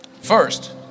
First